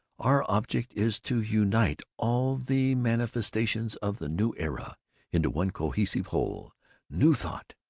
our object is to unite all the manifestations of the new era into one cohesive whole new thought,